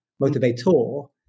motivator